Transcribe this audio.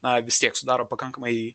na vis tiek sudaro pakankamai